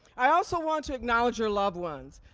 i also want to acknowledge your loved ones.